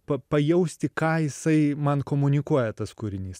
pa pajausti ką jisai man komunikuoja tas kūrinys